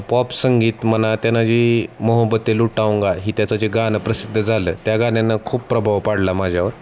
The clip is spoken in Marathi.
पॉप संगीत म्हणा त्यानं जी मोहब्बते लूटाऊंगा ही त्याचं जे गाणं प्रसिद्ध झालं त्या गाण्यानं खूप प्रभाव पाडला माझ्यावर